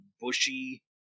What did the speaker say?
bushy